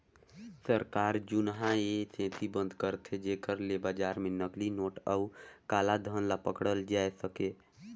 सरकार जुनहा ए सेती बंद करथे जेकर ले बजार में नकली नोट अउ काला धन ल पकड़ल जाए सके